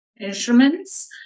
instruments